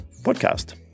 podcast